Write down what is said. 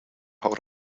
hold